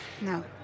No